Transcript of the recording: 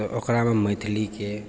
तऽ ओकरामे मैथिलीके